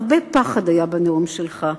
הרבה פחד היה בנאום שלך,